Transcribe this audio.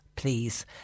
Please